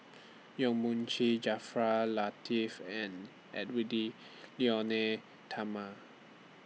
Yong Mun Chee Jaafar Latiff and Edwy Lyonet Talma